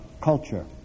culture